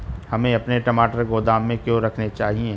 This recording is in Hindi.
हमें अपने टमाटर गोदाम में क्यों रखने चाहिए?